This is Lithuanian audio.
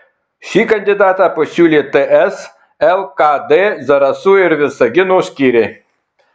šį kandidatą pasiūlė ts lkd zarasų ir visagino skyriai